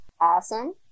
Awesome